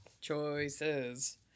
Choices